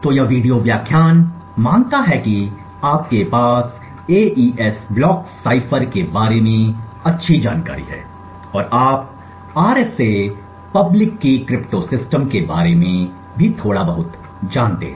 तो यह वीडियो व्याख्यान मानता है कि आपके पास एईएस ब्लॉक साइफर के बारे में अच्छी जानकारी है और आप आरएसए सार्वजनिक कुंजी क्रिप्टो सिस्टम के बारे में भी थोड़ा जानते हैं